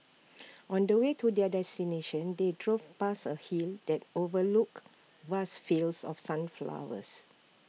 on the way to their destination they drove past A hill that overlooked vast fields of sunflowers